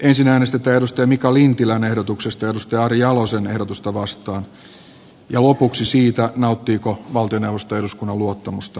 ensin äänestetään mika lintilän ehdotuksesta ari jalosen ehdotusta vastaan ja lopuksi siitä nauttiiko valtioneuvosto eduskunnan luottamusta